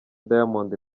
diamond